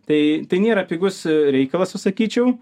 tai tai nėra pigus reikalas susakyčiau